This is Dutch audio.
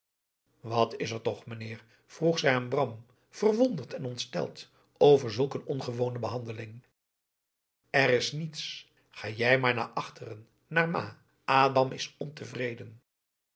wat is er toch mijnheer vroeg zij aan bram verwonderd en ontsteld over zulk een ongewone behandeling er is niets ga jij maar naar achteren bij ma adam is ontevreden